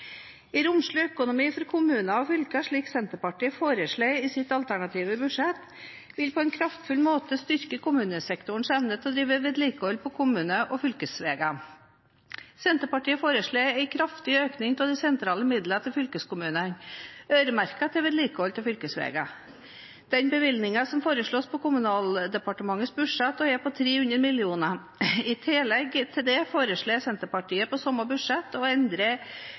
romslig økonomi for kommuner og fylker, slik Senterpartiet foreslår i sitt alternative budsjett, vil på en kraftfull måte styrke kommunesektorens evne til å drive vedlikehold på kommune- og fylkesveiene. Senterpartiet foreslår også en kraftig økning av de statlige midlene til fylkeskommunene, øremerket til vedlikehold av fylkesveier. Denne bevilgningen foreslås på Kommunaldepartementets budsjett, og er på 300 mill. kr. I tillegg til dette foreslår Senterpartiet på samme budsjett å endre